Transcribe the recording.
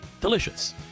delicious